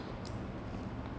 mm